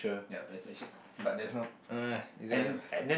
ya passage but that's no uh